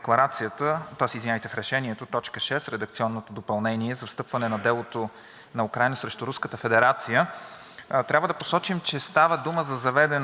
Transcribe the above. трябва да посочим, че става дума за заведено дело пред Международния съд на ООН относно обвинение в геноцид съгласно Конвенцията за предотвратяване и наказване на престъплението геноцид.